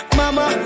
mama